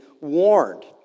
warned